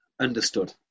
understood